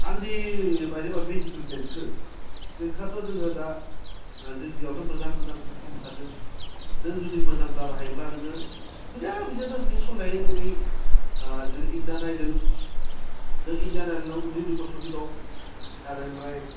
आंनि बायदिबा बे जिथु देंखो देंखोआथ' जोङो दा जोंनिआवथ मोजां मोजां प्लेटफर्म ओंखारदों नों जुदि मोजां जानो हायोब्ला नोङो दिनै जोंनि इन्डियान आइडल जों इन्डियान आइडलाव उन्दै उन्दै गथ'नि दं आरो ओमफ्राय